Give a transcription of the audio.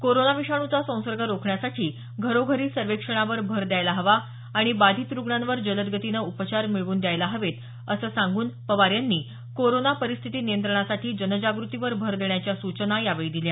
corona विषाणूचा संसर्ग रोखण्यासाठी घरोघरी सर्वेक्षणावर भर द्यायला हवा आणि बाधित रुग्णांवर जलदगतीने उपचार मिळवून द्यायला हवेत असं सांगून पवार यांनी कोरोना परिस्थिती नियंत्रणासाठी जनजाग्रतीवर भर देण्याच्या सूचना यावेळी दिल्या